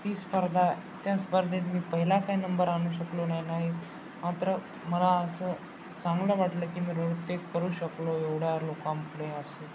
ती स्पर्धा त्या स्पर्धेत मी पहिला काही नंबर आणू शकलो नाही नाही मात्र मला असं चांगलं वाटलं की मी रोहतेक करू शकलो एवढ्या लोकांपुढे असे